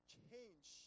change